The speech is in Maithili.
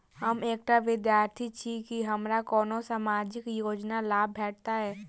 हम एकटा विद्यार्थी छी, की हमरा कोनो सामाजिक योजनाक लाभ भेटतय?